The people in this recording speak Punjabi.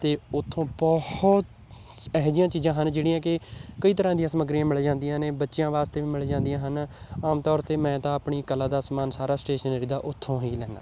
ਅਤੇ ਉੱਥੋਂ ਬਹੁਤ ਇਹੋ ਜਿਹੀਆਂ ਚੀਜ਼ਾਂ ਹਨ ਜਿਹੜੀਆਂ ਕਿ ਕਈ ਤਰ੍ਹਾਂ ਦੀਆਂ ਸਮੱਗਰੀਆਂ ਮਿਲ ਜਾਂਦੀਆਂ ਨੇ ਬੱਚਿਆਂ ਵਾਸਤੇ ਵੀ ਮਿਲ ਜਾਂਦੀਆਂ ਹਨ ਆਮ ਤੌਰ 'ਤੇ ਮੈਂ ਤਾਂ ਆਪਣੀ ਕਲਾ ਦਾ ਸਮਾਨ ਸਾਰਾ ਸਟੇਸ਼ਨਰੀ ਦਾ ਉੱਥੋਂ ਹੀ ਲੈਂਦਾ